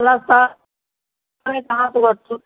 थोड़ा सा कनी सहस बटथुन